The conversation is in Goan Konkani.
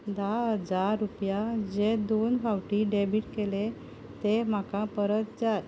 धा हजार रुपया जे दोन फावटीं डॅबीट केले ते म्हाका परत जाय